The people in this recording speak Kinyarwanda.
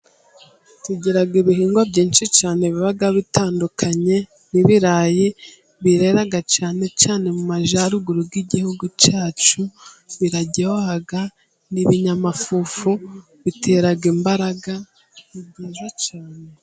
Tugira ibihingwa byinshi cyane biba bitandukanye nk'ibirayi, birera cyane cyane mu Majyaruguru y'igihugu cyacu, biraryoha n'ibinyamafufu, bitera imbaraga ni byiza cyane.